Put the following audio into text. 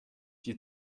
die